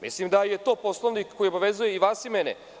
Mislim da je to Poslovnik koji obavezuje i vas i mene.